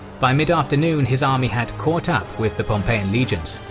by mid-afternoon his army had caught up with the pompeian legions.